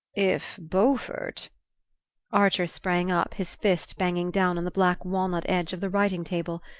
if beaufort archer sprang up, his fist banging down on the black walnut-edge of the writing-table.